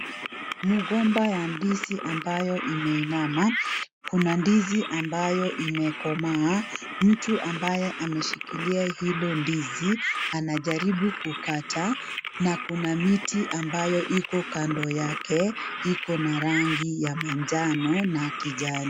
Migomba ya ndizi ambayo imeinama, kuna ndizi ambayo imekomaa, mtu ambaye ameshikilia hilo ndizi anajaribu kukata na kuna miti ambayo iko kando yake iko na rangi ya manjano na kijani.